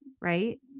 right